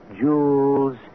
Jewels